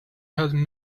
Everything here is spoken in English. had